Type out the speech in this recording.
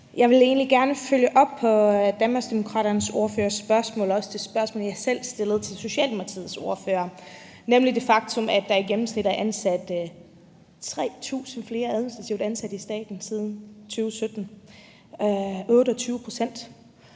Jeg vil egentlig gerne følge op på Danmarksdemokraternes ordførers spørgsmål og også det spørgsmål, som jeg selv stillede til Socialdemokratiets ordfører. Det handler nemlig om det faktum, at der i gennemsnit er ansat 3.000 flere administrativt ansatte i staten siden 2017 – 28 pct.